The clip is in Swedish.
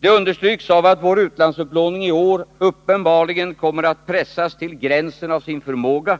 Det understryks av att vår utlandsupplåning i år uppenbarligen kommer att pressas till gränsen av sin förmåga